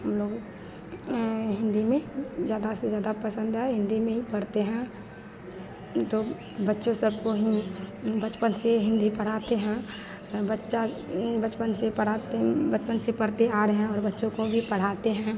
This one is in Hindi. हमलोग हिन्दी में ज़्यादा से ज़्यादा पसन्द आए हिन्दी में ही पढ़ते हैं तो बच्चों सबको बचपन से हिन्दी पढ़ाते हैं बच्चा बचपन से पढ़ाते बचपन से पढ़ते आ रहे हैं और बच्चों को भी पढ़ाते हैं